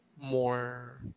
more